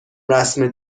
رسم